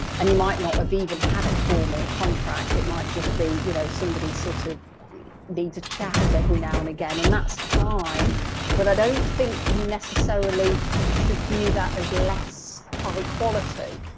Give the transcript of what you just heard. and and you might not have even had a formal contract. it might just be, you know, somebody sort of needs a chat every now and again, and that's fine but i don't think you necessarily should view that as less high-quality.